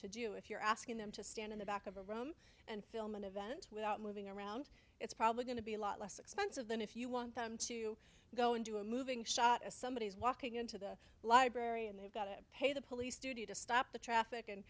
to do if you're asking them to stand in the back of a room and film an event without moving around it's probably going to be a lot less expensive than if you want them to go and do a moving shot as somebody is walking into the library and they've got to pay the police studio to stop the traffic and